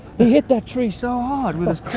he hit that tree so hard with